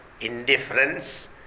indifference